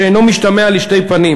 שאינו משתמע לשתי פנים,